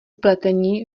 pletení